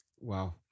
Wow